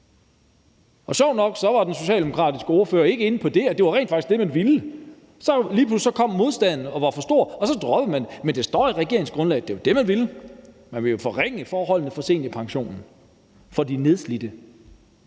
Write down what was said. og sjovt nok var den socialdemokratiske ordfører ikke inde på det, man rent faktisk ville. Men lige pludselig kom modstanden så, og den var for stor, og så droppede man det. Men det står jo i regeringsgrundlaget, hvad det var, man ville, altså forringe forholdene for seniorpensionen, for de nedslidte,